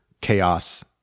chaos